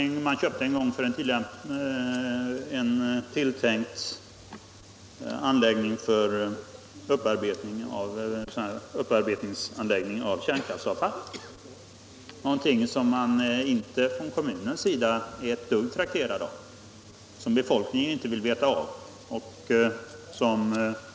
Bolaget köpte en gång mark för en tilltänkt anläggning för upparbetning av kärnkraftsavfall, någonting som kommunen inte är ett dugg trakterad av och som befolkningen inte vill veta av.